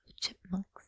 chipmunks